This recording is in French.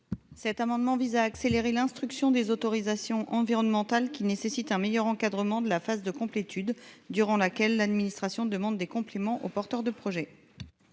Cet amendement vise à accélérer l'instruction des autorisations environnementales, qui nécessite un meilleur encadrement de la phase de complétude, durant laquelle l'administration demande des compléments aux porteurs de projets.